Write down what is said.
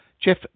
Jeff